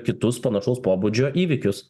kitus panašaus pobūdžio įvykius